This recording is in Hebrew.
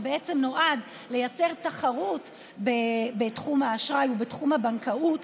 שנועד לייצר תחרות בתחום האשראי ובתחום הבנקאות,